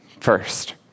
first